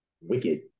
wicked